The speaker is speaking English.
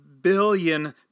Billion